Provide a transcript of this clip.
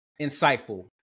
insightful